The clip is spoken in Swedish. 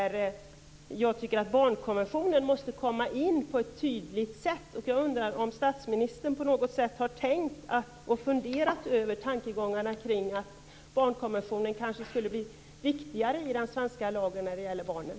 Barnkonventionen måste komma med på ett tydligt sätt. Jag undrar om statsministern har funderat kring att barnkonventionen skulle kunna bli viktigare i tillämpningen av den svenska lagen.